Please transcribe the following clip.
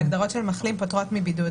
ההגדרות של מחלים פוטרות מבידוד.